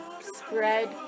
spread